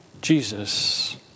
Jesus